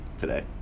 today